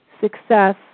success